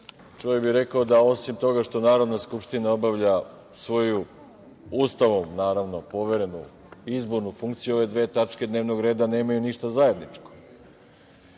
čovek bi rekao da osim toga što Narodna skupština obavlja svoju, Ustavom naravno, poverenu izbornu funkciju, ove dve tačke dnevnog reda nemaju ništa zajedničko. Verovatno